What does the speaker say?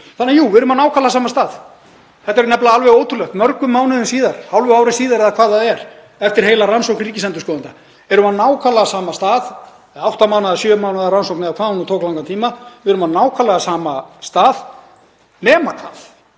Þannig að jú, við erum á nákvæmlega sama stað. Þetta er nefnilega alveg ótrúlegt mörgum mánuðum síðar, hálfu ári síðar eða hvað það er, eftir heila rannsókn ríkisendurskoðanda erum við á nákvæmlega sama stað, eftir sjö, átta mánaða rannsókn, eða hvað hún tók langan tíma. Við erum á nákvæmlega sama stað nema við